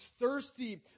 thirsty